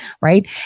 right